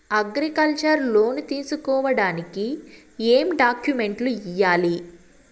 Agriculture loan తీసుకోడానికి ఏం డాక్యుమెంట్లు ఇయ్యాలి?